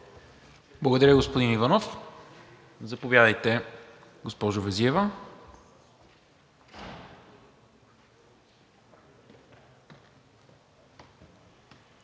Благодаря, господин Иванов. Заповядайте, госпожо Везиева.